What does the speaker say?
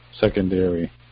secondary